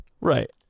Right